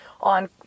on